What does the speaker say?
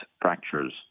fractures